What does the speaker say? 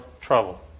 trouble